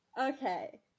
Okay